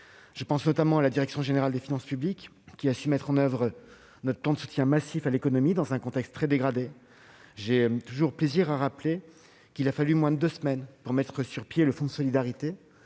Je pense notamment à la direction générale des finances publiques, qui a su mettre en oeuvre notre plan de soutien massif à l'économie dans un contexte très dégradé. J'ai toujours plaisir à rappeler qu'il a fallu moins de deux semaines pour mettre sur pied le fonds de solidarité.